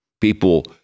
People